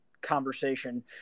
conversation